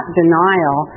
denial